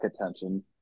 attention